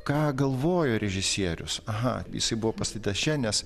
ką galvojo režisierius aha isai buvo pastatytas čia nes